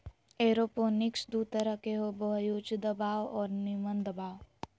aeroponics दू तरह के होबो हइ उच्च दबाव और निम्न दबाव